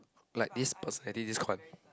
like this personality this con